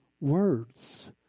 words